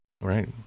Right